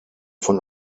von